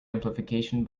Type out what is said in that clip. amplification